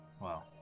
Wow